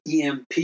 EMP